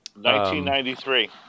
1993